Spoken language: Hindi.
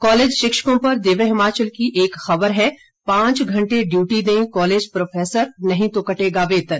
कॉलेज शिक्षकों पर दिव्य हिमाचल की एक खबर है पांच घंटे ड्यूटी दें कॉलेज प्रोफेसर नहीं तो कटेगा वेतन